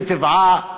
מטבעה,